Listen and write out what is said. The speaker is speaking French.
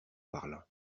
parlant